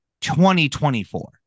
2024